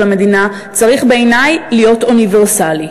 המדינה צריכים בעיני להיות אוניברסליים.